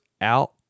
out